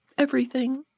everything.